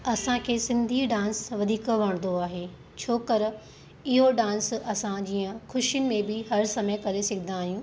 असांखे सिंधी डांस वधीक वणंदो आहे छो कर इहो डांस असां जीअं ख़ुशियुनि में बि हर समय करे सघंदा आहियूं